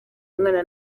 mwana